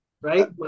right